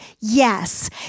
yes